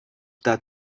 that